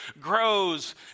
grows